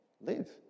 live